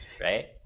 Right